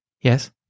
Yes